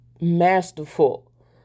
masterful